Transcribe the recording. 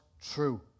true